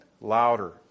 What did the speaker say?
louder